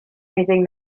anything